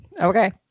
Okay